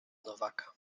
nowaka